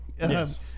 Yes